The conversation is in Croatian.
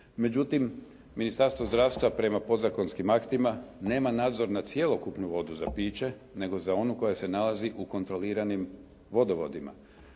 Međutim, Ministarstvo zdravstva prema podzakonskim aktima nema nadzor nad cjelokupnu vodu za piće, nego za onu koja se nalazi u kontroliranim vodovodima.